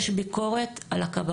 יש ביקורת על הכבאות.